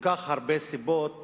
כל כך הרבה סיבות